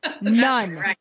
None